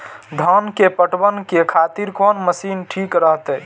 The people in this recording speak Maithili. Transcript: धान के पटवन के खातिर कोन मशीन ठीक रहते?